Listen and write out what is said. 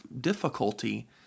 difficulty